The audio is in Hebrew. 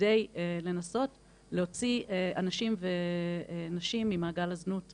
כדי לנסות להוציא אנשים ונשים ממעגל הזנות בישראל.